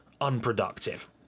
unproductive